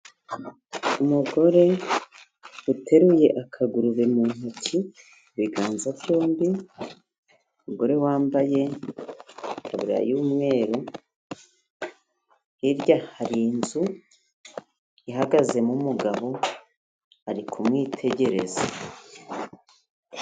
Umugore uteruye akagurube mu ntoki mu biganza byombi, umugore wambaye itaburiya y'umweru, hirya hari inzu ihagazemo umugabo ari kumwitegereza.